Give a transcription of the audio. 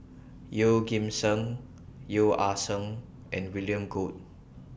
Yeoh Ghim Seng Yeo Ah Seng and William Goode